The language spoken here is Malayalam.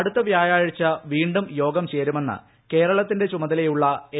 അടുത്ത വ്യാഴാഴ്ച വീണ്ടും യോഗം ചേരുമെന്ന് കേരളത്തിന്റെ ചുമതലയുള്ള എ